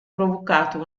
provocato